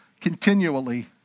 continually